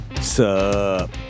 Sup